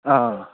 ꯑꯥ